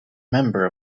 member